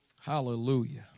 Hallelujah